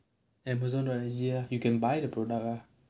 Amazon allergy யா:yaa you can buy the product ah